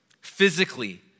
Physically